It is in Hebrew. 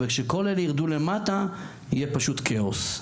וכשכולם ירדו למטה יהיה פשוט כאוס.